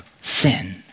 sin